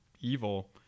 evil